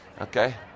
okay